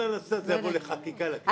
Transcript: כל הנושא הזה יבוא לחקיקה לכנסת.